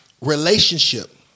relationship